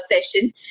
session